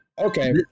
okay